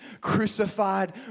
crucified